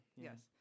yes